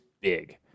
big